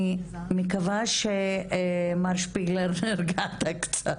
אני מקווה שמר שפיגלר נרגעת קצת.